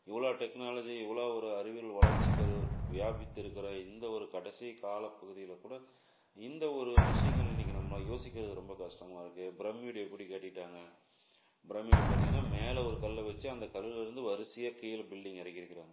இவ்வளோ டெக்னாலஜி இவ்வளோ ஒரு அறிவியல் வளர்ச்சிகள் வியாபித்திருக்கிற இந்த ஒரு கடைசி காலப் பகுதியில் கூட இந்த ஒரு விஷயங்கள் இன்றைக்கு நம்ம யோசிக்கிறது ரொம்ப கஷ்டமாக இருக்குது பிரமீடு எப்படி கட்டிட்டாங்கள் பிரமீடு பார்த்திங்கன்னா மேலே ஒரு கல்லை வச்சு அந்த கல்லுலேருந்து வரிசையாக கீழே பில்டிங் இறக்கிருக்குறாங்க